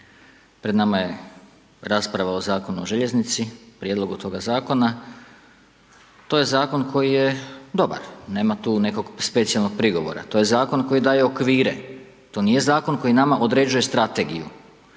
pred nama je rasprava o Zakonu o željeznici, prijedlogu toga Zakona. To je Zakon koji je dobar, nema tu nekog specijalnog prigovora. To je Zakon koji daje okvire, to nije Zakon koji nama određuje strategiju,